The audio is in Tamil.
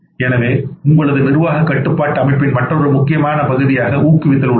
எனவே உங்களது நிர்வாக கட்டுப்பாட்டு அமைப்பின் மற்றொரு முக்கிய பகுதியாக ஊக்குவித்தல் உள்ளது